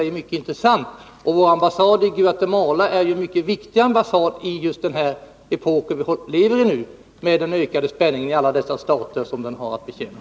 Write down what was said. Det är mycket intressant att få höra detta svar. Ambassaden i Guatemala är ju mycket viktig i just den epok vi upplever med den ökade spänningen i alla dessa stater som ambassaden har att betjäna.